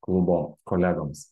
klubo kolegoms